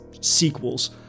sequels